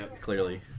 clearly